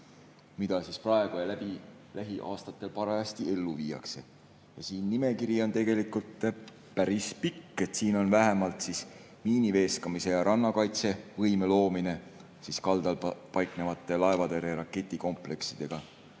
mida praegu ja lähiaastatel ellu viiakse. See nimekiri on tegelikult päris pikk, siin on vähemalt miiniveeskamise ja rannakaitsevõime loomine kaldal paiknevate laevatõrje raketikompleksidega,